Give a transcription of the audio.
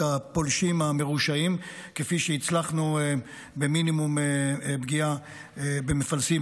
הפולשים המרושעים כפי שהצלחנו במינימום פגיעה במפלסים.